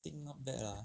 think not bad lah